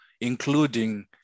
including